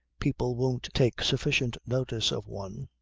people won't take sufficient notice of one,